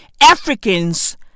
Africans